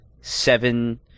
seven